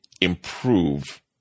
improve